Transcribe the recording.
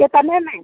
कितने में